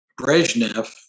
Brezhnev